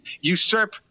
usurp